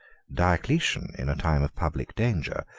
diocletian, in a time of public danger,